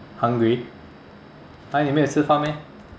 hungry !huh! 你没有吃饭 meh